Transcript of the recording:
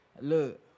Look